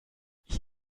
ich